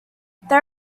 they